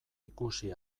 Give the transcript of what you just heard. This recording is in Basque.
ikusi